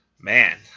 man